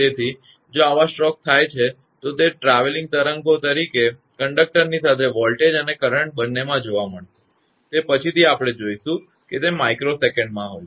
તેથી જો આવા સ્ટ્રોક થાય છે તો તે ટ્રાવેલીંગ તરંગો તરીકે કંડક્ટરની સાથે વોલ્ટેજ અને કરંટ બંનેમાં જશે તે પછીથી આપણે જોઈશું કે તે માઇક્રો સેકન્ડમાં થાય છે